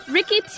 Ricky